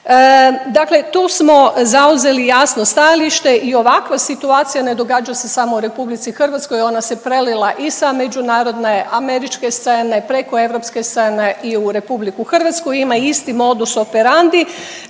Dakle, tu smo zauzeli jasno stajalište i ovakva situacija ne događa se samo u Republici Hrvatskoj, ona se prelila i sa međunarodne američke scene preko europske scene i u Republiku Hrvatsku, ima isti modus operandi.